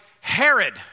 Herod